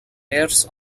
layers